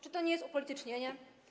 Czy to nie jest upolitycznienie?